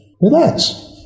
relax